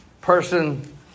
person